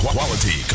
Quality